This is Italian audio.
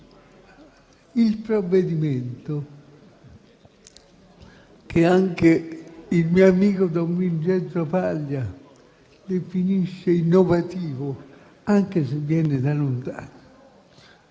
Il provvedimento, che anche il mio amico don Vincenzo Paglia definisce innovativo, anche se viene da lontano,